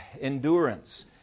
endurance